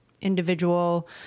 individual